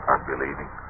Unbelieving